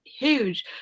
huge